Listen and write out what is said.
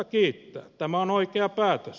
tämä on oikea päätös